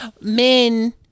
men